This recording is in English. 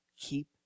Keep